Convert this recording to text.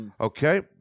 Okay